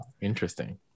Interesting